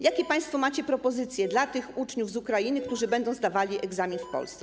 Jakie państwo macie propozycje dla tych uczniów z Ukrainy, którzy będą zdawali egzamin w Polsce?